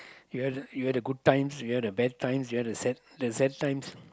you have you have the good times you have the bad times you have the sad the sad times